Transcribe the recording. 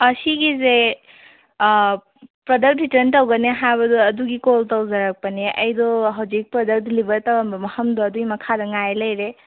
ꯁꯤꯒꯤꯁꯦ product return ꯇꯧꯒꯅꯤ ꯍꯥꯏꯕꯗꯣ ꯑꯗꯨꯒꯤ ꯀꯣꯜ ꯇꯧꯖꯔꯛꯄꯅꯦ ꯑꯩꯗꯣ ꯍꯧꯖꯤꯛ ꯄ꯭ꯔꯗꯛ ꯗꯤꯂꯤꯕꯔ ꯇꯧꯔꯝꯕ ꯃꯐꯝꯗꯣ ꯑꯗꯨꯒꯤ ꯃꯈꯥꯗ ꯉꯥꯏ ꯂꯩꯔꯦ